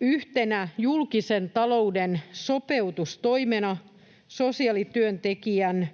yhtenä julkisen talouden sopeutustoimena sosiaalityöntekijän